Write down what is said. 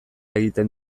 egiten